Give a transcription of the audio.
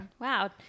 Wow